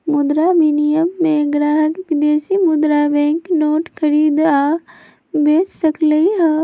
मुद्रा विनिमय में ग्राहक विदेशी मुद्रा बैंक नोट खरीद आ बेच सकलई ह